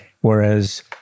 Whereas